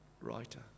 writer